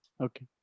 okay